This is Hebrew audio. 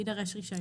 יידרש רישיון.